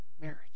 marriage